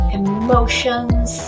emotions